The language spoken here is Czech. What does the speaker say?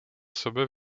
sebe